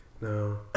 No